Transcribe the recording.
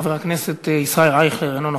חבר הכנסת ישראל אייכלר, אינו נוכח.